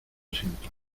siento